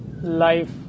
life